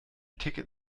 ticket